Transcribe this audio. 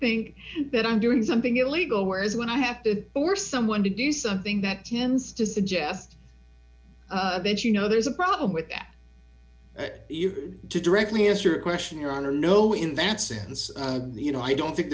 think that i'm doing something illegal whereas when i have to or someone to do something that hince to suggest that you know there's a problem with you to directly answer a question your honor no in that sense you know i don't think